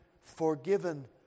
forgiven